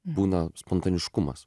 būna spontaniškumas